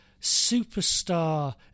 superstar